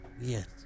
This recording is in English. Yes